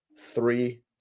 three